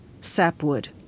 sapwood